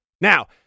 Now